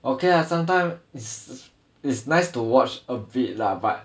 okay lah sometime is is nice to watch a bit lah but